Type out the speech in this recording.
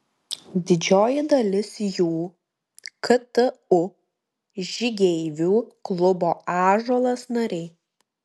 didžioji dalis jų ktu žygeivių klubo ąžuolas nariai